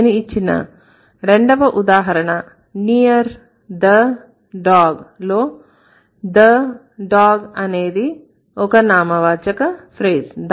నేను ఇచ్చిన రెండవ ఉదాహరణ near the dog లో the dog అనేది ఒక నామవాచక ఫ్రేజ్